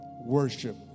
worship